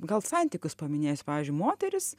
gal santykius paminėsiu pavyzdžiui moteris